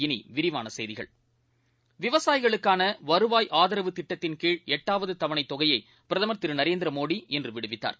இனிவிரிவானசெய்திகள் விவசாயிகளுக்கானவருவாய் ஆதரவு திட்டத்தின்கீழ்ளட்டாவதுதவணைத் தொகையை பிரதம் திரு நரேந்திரமோடி இன்றுவிடுவித்தார்